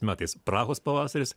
metais prahos pavasaris